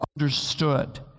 understood